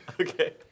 Okay